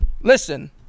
Listen